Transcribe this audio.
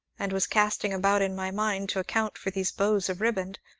and was casting about in my mind to account for these bows of riband,